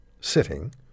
sitting